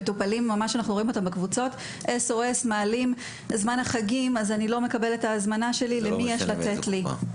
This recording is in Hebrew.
מטופלים מעלים בקבוצות שהם לא מקבלים ומבקשים ממישהו לתת להם.